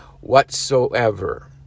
whatsoever